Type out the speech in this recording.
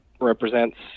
represents